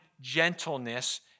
gentleness